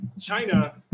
China